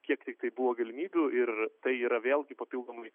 kiek tiktai buvo galimybių ir tai yra vėlgi papildomai